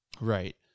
Right